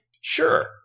Sure